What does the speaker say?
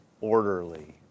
orderly